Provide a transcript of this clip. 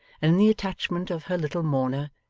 and in the attachment of her little mourner,